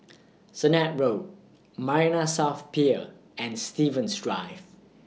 Sennett Road Marina South Pier and Stevens Drive